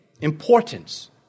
importance